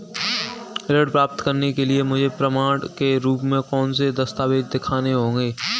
ऋण प्राप्त करने के लिए मुझे प्रमाण के रूप में कौन से दस्तावेज़ दिखाने होंगे?